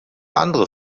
andere